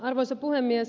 arvoisa puhemies